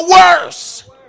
worse